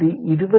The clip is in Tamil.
அது 22